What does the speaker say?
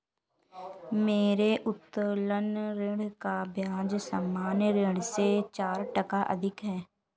मेरे उत्तोलन ऋण का ब्याज सामान्य ऋण से चार टका अधिक है